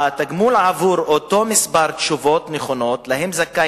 התגמול עבור אותו מספר התשובות הנכונות שלו זכאי